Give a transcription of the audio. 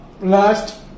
last